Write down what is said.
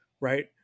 right